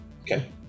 Okay